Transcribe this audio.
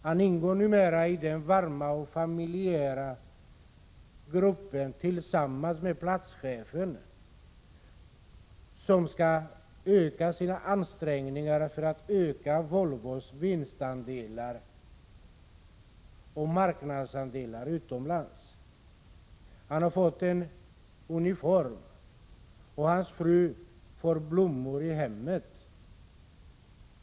Han ingår numera i den varma och familjära gruppen tillsammans med platschefen, som skall öka sina ansträngningar för att öka Volvos vinstandelar och marknadsandelar utomlands. Han har fått en uniform, och hans fru får blommor i hemmet.